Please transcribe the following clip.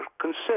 consider